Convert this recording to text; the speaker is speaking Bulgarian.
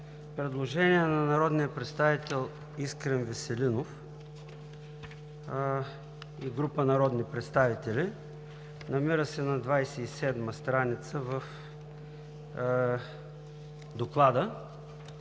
а именно на народния представител Искрен Веселинов и група народни представители. Намира се на 27-ма страница в Доклада